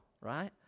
right